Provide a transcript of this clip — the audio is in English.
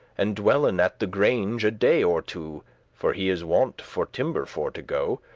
and dwellen at the grange a day or two for he is wont for timber for to go,